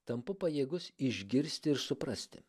tampu pajėgus išgirsti ir suprasti